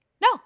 No